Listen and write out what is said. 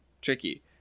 tricky